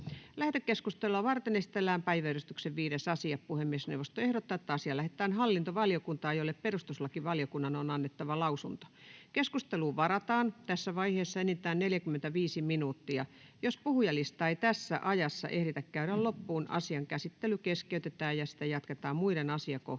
Lähetekeskustelua varten esitellään päiväjärjestyksen 6. asia. Puhemiesneuvosto ehdottaa, että asia lähetetään hallintovaliokuntaan, jolle perustuslakivaliokunnan on annettava lausunto. Keskusteluun varataan tässä vaiheessa enintään 30 minuuttia. Jos puhujalistaa ei tässä ajassa ehditä käydä loppuun, asian käsittely keskeytetään ja sitä jatketaan muiden asiakohtien